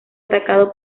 atacado